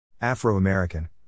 Afro-American